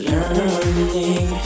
Learning